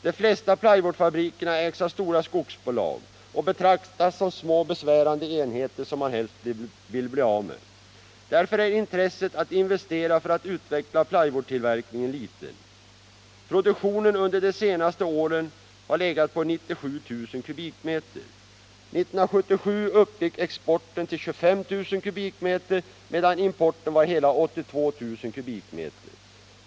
De flesta plywoodfabrikerna ägs av stora skogsbolag och betraktas som små besvärande enheter som man helst vill bli av med. Därför är intresset att investera för att utveckla plywoodtillverkningen litet. Produktionen har under de senaste åren legat på 97 000 m?. 1977 uppgick exporten till 25 000 m?, medan importen var hela 82 000 m?.